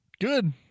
Good